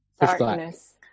Darkness